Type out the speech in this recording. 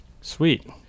Sweet